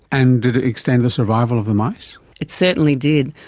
and did it extend the survival of the mice? it certainly did.